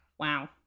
Wow